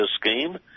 scheme